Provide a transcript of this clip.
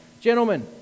Gentlemen